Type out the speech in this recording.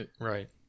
Right